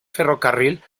ferrocarril